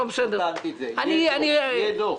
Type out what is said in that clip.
יהיה דוח.